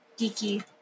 geeky